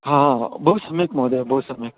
हा हा आ बहु सम्यक् महोदय बहु सम्यक्